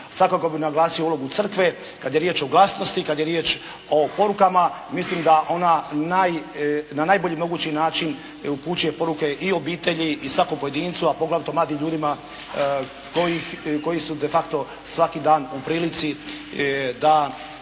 Svakako bi naglasio ulogu crkve. Kad je riječ o glasnosti, kad je riječ o porukama mislim da ona na najbolji mogući način upućuje poruke i obitelji i svakom pojedincu, a poglavito mladim ljudima koji su de facto svaki dan u prilici da,